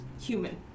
human